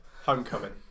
Homecoming